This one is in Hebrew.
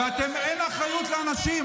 ואין אחריות לאנשים.